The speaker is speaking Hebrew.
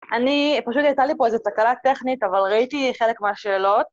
אני פשוט הייתה לי פה איזו תקלה טכנית, אבל ראיתי חלק מהשאלות.